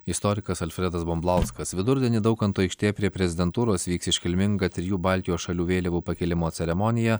istorikas alfredas bumblauskas vidurdienį daukanto aikštėje prie prezidentūros vyks iškilminga trijų baltijos šalių vėliavų pakėlimo ceremonija